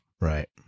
Right